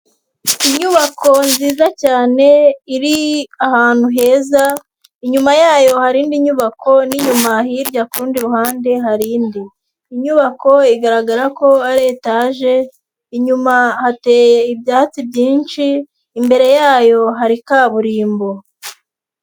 Inyubako nziza cyane iri ahantu heza. Inyuma yayo hari indi nyubako n'inyuma hirya kurundi ruhande hari indi. inyubako igaragara ko ari etaje, inyuma hateye ibyatsi byinshi imbere yayo hari kaburimbo.